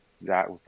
Zach